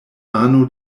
ano